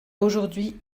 aujourd’hui